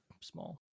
small